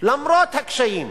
למרות הקשיים,